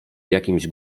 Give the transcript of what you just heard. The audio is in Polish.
jakimś